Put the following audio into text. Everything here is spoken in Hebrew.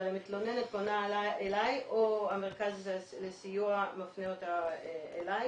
אבל המתלוננת פונה אליי או המרכז לסיוע מפנה אותה אליי,